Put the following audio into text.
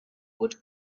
would